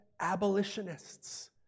abolitionists